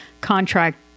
contract